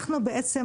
אנחנו בעצם,